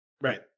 Right